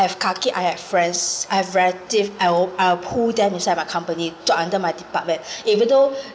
kaki I have friends I have relative I'll I'll pull them inside my company to under my department even though